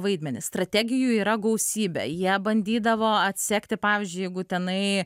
vaidmenį strategijų yra gausybė jie bandydavo atsekti pavyzdžiui jeigu tenai